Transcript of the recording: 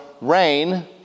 rain